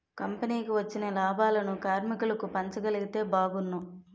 కంపెనీకి వచ్చిన లాభాలను కార్మికులకు పంచగలిగితే బాగున్ను